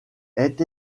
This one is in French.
est